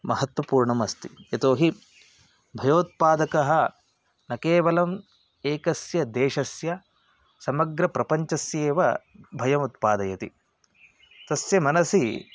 महत्वपूर्णम् अस्ति यतो हि भयोत्पादकः न केवलम् एकस्य देशस्य समग्रप्रपञ्चस्येव भयमुत्पादयति तस्य मनसि